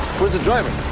where's the driver?